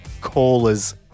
callers